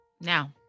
Now